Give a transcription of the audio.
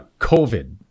COVID